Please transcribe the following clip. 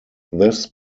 this